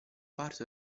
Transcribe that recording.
parte